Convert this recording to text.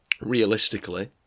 realistically